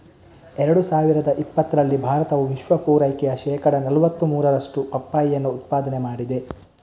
ಎರಡು ಸಾವಿರದ ಇಪ್ಪತ್ತರಲ್ಲಿ ಭಾರತವು ವಿಶ್ವ ಪೂರೈಕೆಯ ಶೇಕಡಾ ನಲುವತ್ತ ಮೂರರಷ್ಟು ಪಪ್ಪಾಯಿಯನ್ನ ಉತ್ಪಾದನೆ ಮಾಡಿದೆ